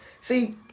See